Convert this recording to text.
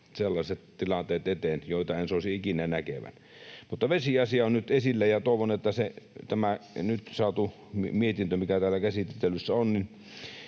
sellaiset tilanteet eteen, joita en soisi ikinä näkeväni. Mutta vesiasia on nyt esillä, ja toivon, että tämä nyt tänne käsittelyyn